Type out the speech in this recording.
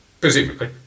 Presumably